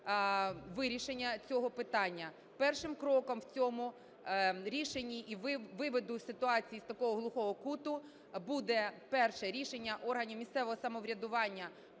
вирішення цього питання. Першим кроком в цьому рішенні і виводу ситуації із такого глухого куту буде перше рішення органів місцевого самоврядування